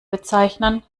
bezeichnen